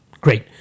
great